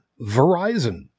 Verizon